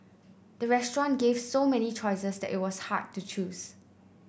the restaurant gave so many choices that it was hard to choose